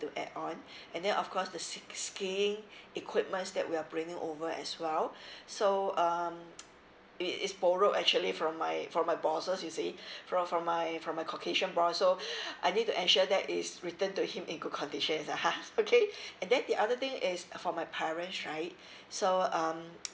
to add on and then of course the s~ skiing equipments that we're bringing over as well so um it it's borrowed actually from my from my bosses you see from from my from my caucasian boss so I need to ensure that is returned to him in good condition ah okay and then the other thing is for my parents right so um